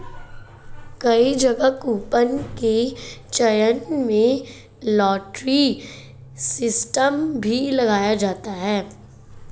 कई जगह कूपन के चयन में लॉटरी सिस्टम भी लगाया जाता है